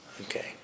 Okay